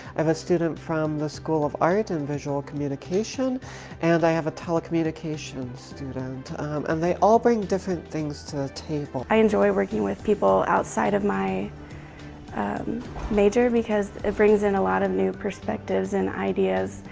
a student from the school of art and visual communication and i have a telecommunication student and they all bring different things to the table. i enjoy working with people outside of my um major because it brings in a lot of new perspectives and ideas,